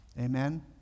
Amen